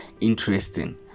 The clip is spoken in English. interesting